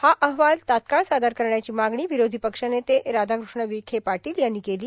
हा अहवाल तात्काळ सादर करण्याची मागणी विरोधी पक्षनेते राधाकृष्ण विखे पाटील यांनी केली